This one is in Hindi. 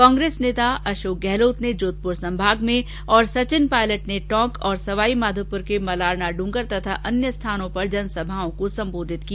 कांग्रेस नेता अशोक गहलोत ने जोधपुर संभाग में और सचिन पायलट ने टोंक और सवाईमाधोपुर के मलारना डूंगर तथा अन्य स्थानों पर जनसभाओं को सम्बोधित किया